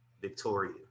Victoria